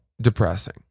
depressing